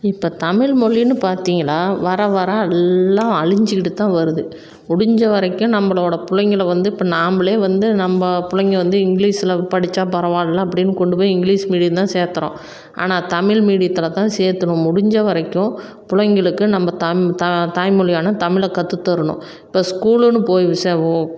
இப்போ தமிழ் மொழின்னு பார்த்தீங்கன்னா வர வர எல்லாம் அழிஞ்சிக்கிட்டுதான் வருது முடிஞ்ச வரைக்கும் நம்மளோட பிள்ளைங்கள வந்து இப்போ நாமளே வந்து நம்ம பிள்ளைங்க வந்து இங்லீஸில் படித்தா பரவாயில்லை அப்படின்னு கொண்டு போய் இங்கிலீஸ் மீடியம் தான் சேர்த்தறோம் ஆனால் தமிழ் மீடியத்தில்தான் சேர்த்துணும் முடிஞ்ச வரைக்கும் பிள்ளைங்களுக்கு நம்ம தம் த தாய்மொழியான தமிழை கற்றுத்தரணும் இப்போ ஸ்கூலுன்னு போய்